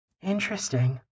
Interesting